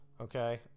okay